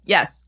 Yes